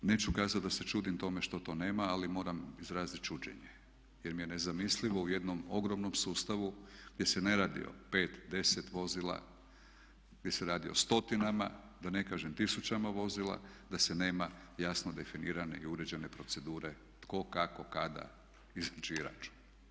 Neću kazat da se čudim tome što to nema, ali moram izrazit čuđenje, jer mi je nezamislivo u jednom ogromnom sustavu gdje se ne radi o pet, deset vozila, gdje se radi o stotinama, da ne kažem tisućama vozila, da se nema jasno definirane i uređene procedure tko, kako, kada i za čiji račun.